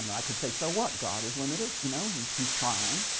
but i could say, so what? god is limited. you know, he's he's trying.